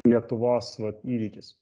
lietuvos įvykis